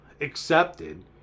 accepted